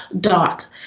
dot